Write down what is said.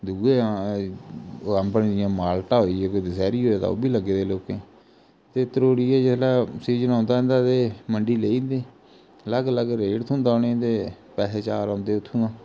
दूए अम्ब न जियां माल्टा होई गेआ कोई दसैहरी होऐ ते ओह् बी लग्गे दे लोकें ते त्ररोड़ियै जिसलै सीजन औंदा इं'दा ते मंडी लेई जंदे ते अलग अलग रेट थ्होंदा उ'नेंगी ते पैहे चार औंदे उत्थुं दा